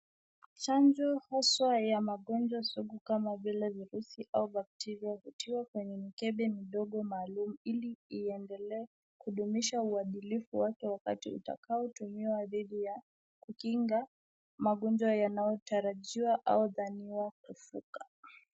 Chanjo haswa ya magonjwa sugu kama vile virusi au bacteria hutiwa kwenye mikebe midogo maalum ili iendelee kudumisha uadhilifu wake wakati utakaotumiwa dhidi ya kukinga magonjwa yanayotarajiwa au dhaniwa kufuka.